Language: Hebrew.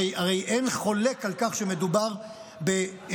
הרי אין חולק על כך שמדובר בעוולה,